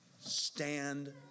stand